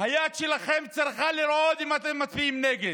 היד שלכם צריכה לרעוד אם אתם מצביעים נגד.